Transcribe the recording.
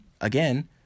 again